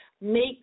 Make